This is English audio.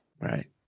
Right